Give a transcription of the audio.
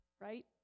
Right